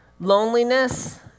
loneliness